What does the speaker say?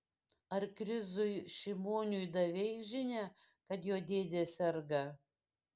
ar krizui šimoniui davei žinią kad jo dėdė serga